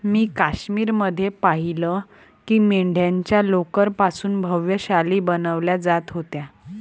मी काश्मीर मध्ये पाहिलं की मेंढ्यांच्या लोकर पासून भव्य शाली बनवल्या जात होत्या